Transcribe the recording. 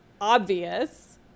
obvious